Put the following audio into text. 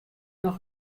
noch